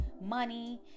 money